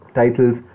titles